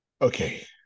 Okay